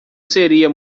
seria